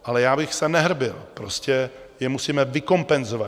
Ale já bych se nehrbil prostě je musíme vykompenzovat.